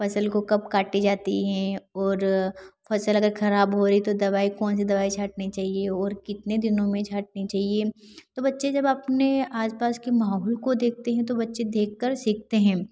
फ़सल को कब काटी जाती है और फ़सल अगर खराब हो रही तो दवाई कौन सी दवाई छाटनी चाहिए और कितने दिनों में छाटनी चाहिए तो बच्चे जब अपने आसपास के माहौल को देखते हैं तो बच्चे देखकर सीखते हैं